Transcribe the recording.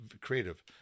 creative